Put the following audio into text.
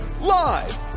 live